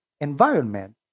environment